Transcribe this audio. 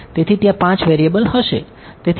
તેથી ત્યાં 5 વેરીએબલ હશે